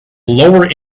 lower